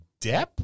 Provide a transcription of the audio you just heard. Depp